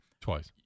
Twice